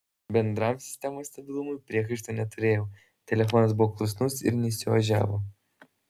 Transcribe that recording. bendram sistemos stabilumui priekaištų neturėjau telefonas buvo klusnus ir nesiožiavo